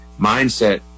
mindset